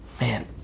man